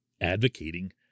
advocating